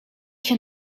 się